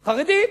חרדים.